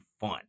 fun